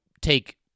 take